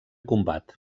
combat